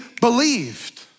believed